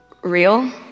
real